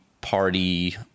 party